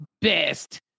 best